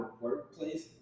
workplace